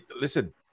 listen